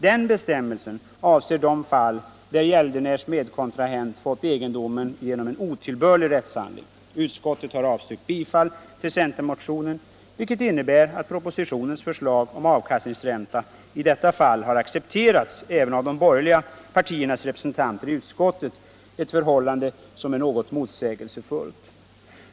Den bestämmelsen avser de fall där gäldenärs motkontrahent fått egendomen genom en otillbörlig rättshandling. Utskottet har avstyrkt bifall till centermotionen, vilket innebär att propositionens förslag om avkastningsränta i detta fall har accepterats även av de borgerliga partiernas representanter i utskottet —- ett förhållande som är något motsägelsefullt.